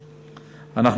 נתקבלה.